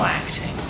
acting